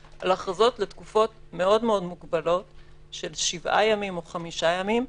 על הכרזות לתקופות מאוד-מאוד מוגבלות של 7 ימים או 5 ימים.